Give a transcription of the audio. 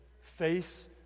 Face